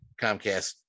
Comcast